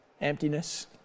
emptiness